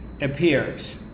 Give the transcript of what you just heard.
appears